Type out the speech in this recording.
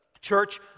church